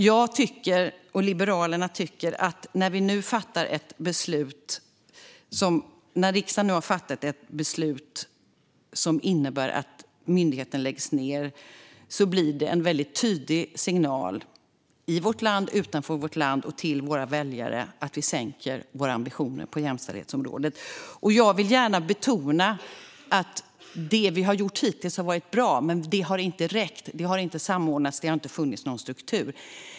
Jag och Liberalerna tycker att när riksdagen nu fattar ett beslut som innebär att myndigheten läggs ned blir det en mycket tydlig signal i vårt land, utanför vårt land och till våra väljare om att vi sänker våra ambitioner på jämställdhetsområdet. Jag vill gärna betona att det som vi hittills har gjort har varit bra, men det har inte räckt. Det har inte samordnats, och det har inte funnits någon struktur.